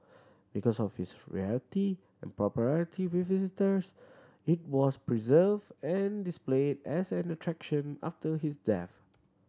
because of its rarity and popularity with visitors it was preserved and displayed as an attraction after his death